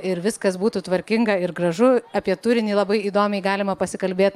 ir viskas būtų tvarkinga ir gražu apie turinį labai įdomiai galima pasikalbėt